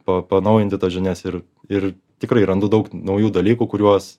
pa panaujinti tas žinias ir ir tikrai randu daug naujų dalykų kuriuos